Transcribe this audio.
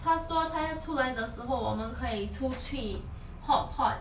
他说他要出来的时候我们可以出去 hotpot